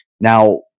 Now